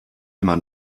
immer